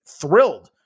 thrilled